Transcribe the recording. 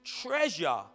treasure